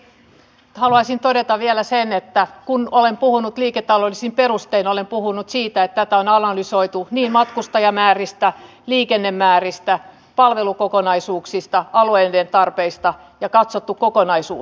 lyhyesti haluaisin todeta vielä sen että kun olen puhunut liiketaloudellisin perustein olen puhunut siitä että tätä on analysoitu niin matkustajamääristä liikennemääristä palvelukokonaisuuksista ja alueiden tarpeista ja katsottu kokonaisuus